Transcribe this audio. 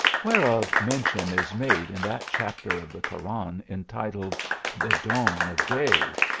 whereof mention is made in that chapter of the koran entitled the dawn of day.